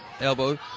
elbow